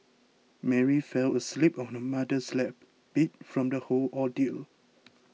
Mary fell asleep on her mother's lap beat from the whole ordeal